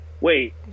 wait